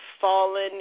fallen